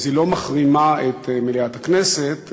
אז היא לא מחרימה את מליאת הכנסת,